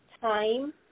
time